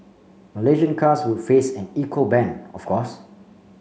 Malaysian cars would face an equal ban of course